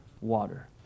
water